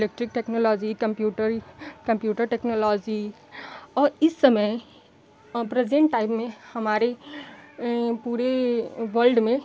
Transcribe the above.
electric technology computer computer technology और इस समय प्रेज़ेंट टाइम में हमारे पूरे वल्ड में